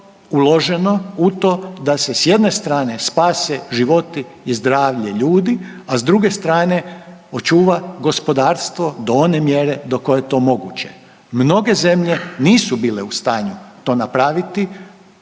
uloženo u to da se s jedne strane spase životi i zdravlje ljudi, a s druge strane očuva gospodarstvo do one mjere do koje je to moguće. Mnoge zemlje nisu bile u stanju to napraviti,